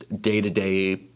day-to-day